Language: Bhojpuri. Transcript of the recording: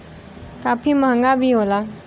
काफी महंगा भी होला